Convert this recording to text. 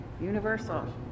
Universal